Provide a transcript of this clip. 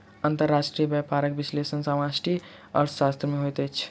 अंतर्राष्ट्रीय व्यापारक विश्लेषण समष्टि अर्थशास्त्र में होइत अछि